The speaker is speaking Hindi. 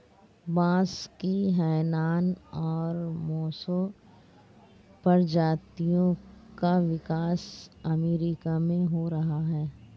बांस की हैनान और मोसो प्रजातियों का विकास अमेरिका में हो रहा है